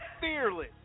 fearless